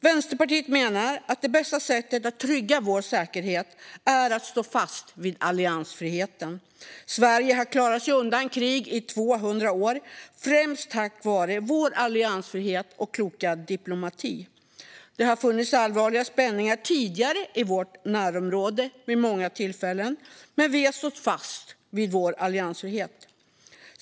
Vänsterpartiet menar att det bästa sättet att trygga vår säkerhet är att stå fast vid alliansfriheten. Sverige har klarat sig undan krig i 200 år, främst tack vare vår alliansfrihet och kloka diplomati. Det har funnits allvarliga spänningar i vårt närområde vid många tidigare tillfällen, men vi har stått fast vid vår alliansfrihet.